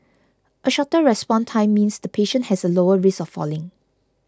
a shorter response time means the patient has a lower risk of falling